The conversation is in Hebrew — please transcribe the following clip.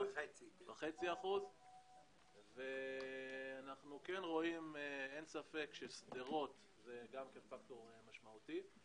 14.5%. אין ספק ששדרות זה גם כן פקטור משמעותי.